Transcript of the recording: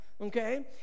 okay